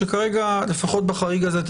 שכרגע לפחות בחריג הזה,